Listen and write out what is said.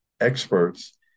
experts